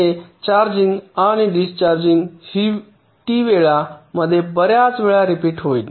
ते चार्जिंग आणि discharging cycle हि टी वेळा मध्ये बर्याच वेळा रिपीट होईल